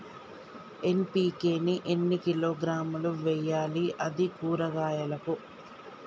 NPK ని ఎన్ని కిలోగ్రాములు వెయ్యాలి? అది కూరగాయలకు?